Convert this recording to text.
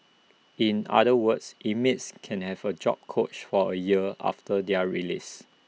in other words inmates can have A job coach for A year after their release